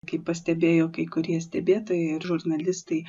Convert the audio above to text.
kaip pastebėjo kai kurie stebėtojai ir žurnalistai